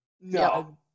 No